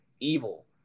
Evil